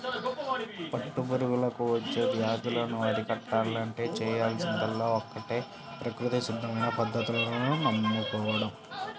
పట్టు పురుగులకు వచ్చే వ్యాధులను అరికట్టాలంటే చేయాల్సిందల్లా ఒక్కటే ప్రకృతి సిద్ధమైన పద్ధతులను నమ్ముకోడం